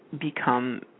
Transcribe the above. become